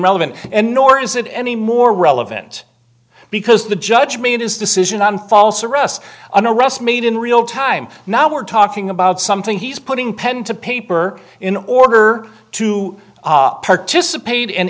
relevant and nor is it any more relevant because the judge made his decision on false arrest an arrest made in real time now we're talking about something he's putting pen to paper in order to participate